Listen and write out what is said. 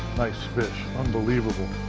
nice fish. unbelievable.